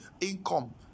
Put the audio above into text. income